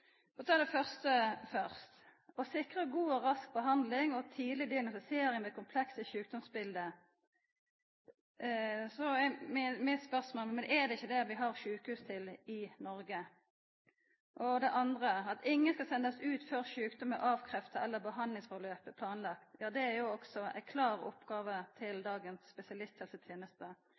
å ta det første først, å sikra god og rask behandling og tidleg diagnostisering ved komplekse sjukdomsbilete. Då er spørsmålet mitt: Men er det ikkje det vi har sjukehus til i Noreg? Og det andre, at ingen skal bli sende ut før sjukdom er avkrefta eller behandlingsgang planlagd. Det er også ei klar oppgåve for dagens spesialisthelseteneste.